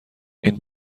این